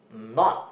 not